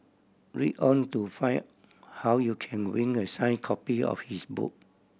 read on to find how you can win a sign copy of his book